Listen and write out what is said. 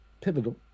pivotal